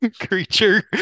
creature